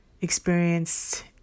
experienced